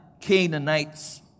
Canaanites